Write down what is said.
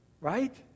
right